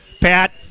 pat